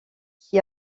qui